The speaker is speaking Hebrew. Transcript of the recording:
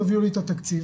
תביאו לי את התקציב,